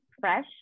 fresh